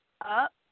up